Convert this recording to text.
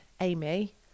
Amy